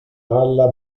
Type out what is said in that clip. alla